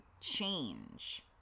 change